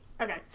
Okay